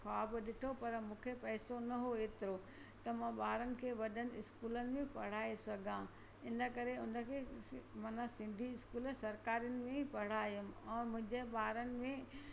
ख़्वाबु ॾिठो पर मूंखे पैसो न हुओ एतिरो त मां ॿारनि खे वॾनि स्कूलनि में पढ़ाए सघां इन करे उनजी माना सिंधी स्कुल सरकारिनि में पढ़ायो ऐं मुंहिंजे ॿारनि में